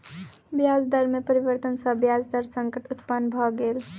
ब्याज दर में परिवर्तन सॅ ब्याज दर संकट उत्पन्न भ गेल